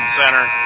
Center